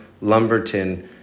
Lumberton